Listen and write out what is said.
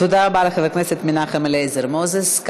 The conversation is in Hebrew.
תודה רבה לחבר הכנסת מנחם אליעזר מוזס.